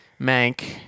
Mank